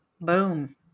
boom